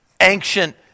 ancient